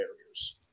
barriers